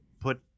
put